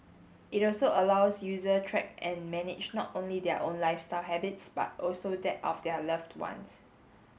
it also allows user track and manage not only their own lifestyle habits but also that of their loved ones